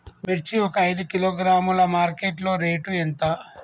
మిర్చి ఒక ఐదు కిలోగ్రాముల మార్కెట్ లో రేటు ఎంత?